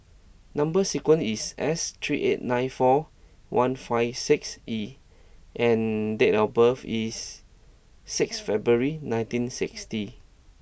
number sequence is S three eight nine four one five six E and date of birth is sixth February nineteen sixty